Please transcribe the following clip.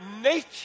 Nature